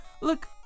look